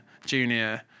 junior